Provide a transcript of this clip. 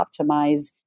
optimize